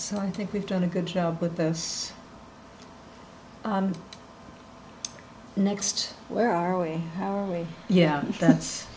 so i think we've done a good job with us next where are we how are we yeah that's